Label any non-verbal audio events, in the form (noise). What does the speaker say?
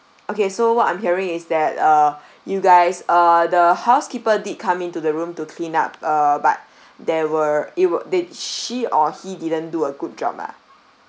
okay so what I'm hearing is that uh (breath) you guys uh the housekeeper did come into the room to clean up uh but (breath) there were it were did she or he didn't do a good job lah